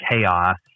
chaos